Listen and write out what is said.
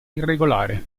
irregolare